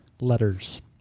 letters